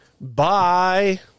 Bye